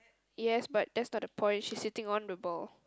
yes but that's not the point she's sitting on the ball